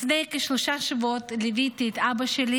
לפני כשלושה שבועות ליוויתי את אבא שלי